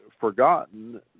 forgotten